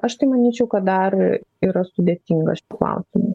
aš tai manyčiau kad dar yra sudėtingas šis klausimas